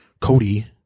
Cody